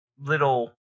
little